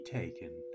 taken